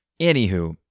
Anywho